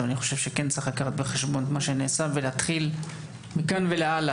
אני חושב שצריך לקחת בחשבון את מה שנעשה ולהתחיל מכאן והלאה,